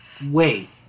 wait